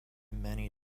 many